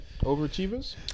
Overachievers